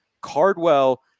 Cardwell